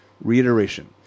reiteration